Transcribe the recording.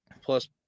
plus